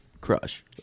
Crush